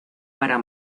para